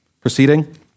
Proceeding